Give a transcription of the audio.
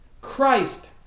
Christ